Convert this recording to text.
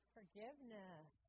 Forgiveness